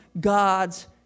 God's